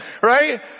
right